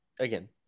again